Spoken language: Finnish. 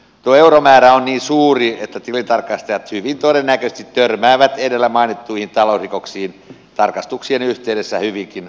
tuo euromäärä on niin suuri että tilintarkastajat hyvin todennäköisesti törmäävät edellä mainittuihin talousrikoksiin tarkastuksien yhteydessä hyvinkin useasti